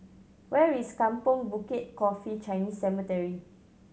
where is Kampong Bukit Coffee Chinese Cemetery